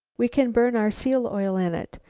we can burn our seal-oil in it.